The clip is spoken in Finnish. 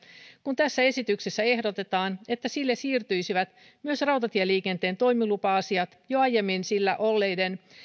kun tässä esityksessä ehdotetaan että sille siirtyisivät myös rautatieliikenteen toimilupa asiat jo aiemmin sillä olleiden